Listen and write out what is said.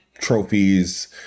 trophies